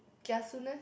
kaisuness